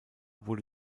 wurde